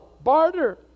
barter